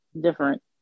different